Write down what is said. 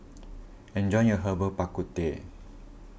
enjoy your Herbal Bak Ku Teh